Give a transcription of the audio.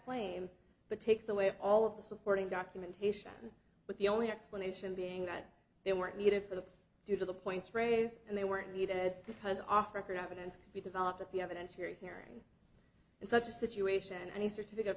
claim but takes away all of the supporting documentation but the only explanation being that they weren't needed for the due to the points raised and they weren't needed because off record evidence we develop that the evidence you're hearing in such a situation and he certificate